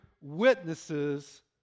witnesses